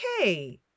Okay